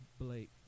Blake